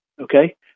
okay